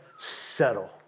settle